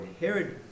Herod